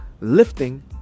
lifting